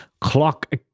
Clock